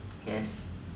yes